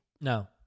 No